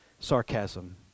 sarcasm